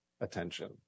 attention